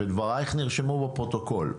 דברייך נרשמו בפרוטוקול.